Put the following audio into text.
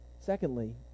Secondly